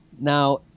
Now